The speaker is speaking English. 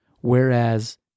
whereas